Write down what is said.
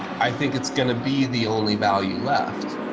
i think it's going to be the only value left.